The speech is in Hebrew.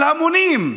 של המונים,